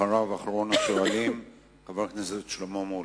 אחריו, אחרון השואלים, חבר הכנסת שלמה מולה.